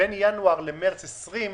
בין ינואר למרץ 2020,